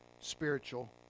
spiritual